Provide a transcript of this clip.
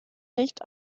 nicht